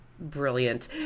Brilliant